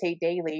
daily